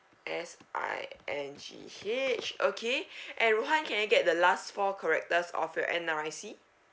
S I N G H okay and rohan can I get the last four characters of your N_R_I_C